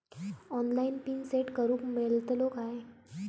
Online PIN set करूक मेलतलो काय?